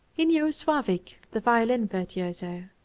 he knew slavik the violin virtuoso,